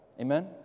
Amen